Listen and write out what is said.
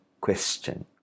question